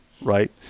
right